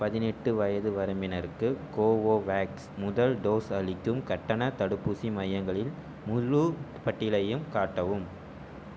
பதினெட்டு வயது வரம்பினருக்கு கோவோவேக்ஸ் முதல் டோஸ் அளிக்கும் கட்டணத் தடுப்பூசி மையங்களில் முழுப் பட்டியலையும் காட்டவும்